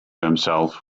himself